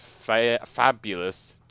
fabulous